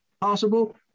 possible